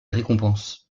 récompenses